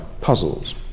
puzzles